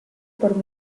por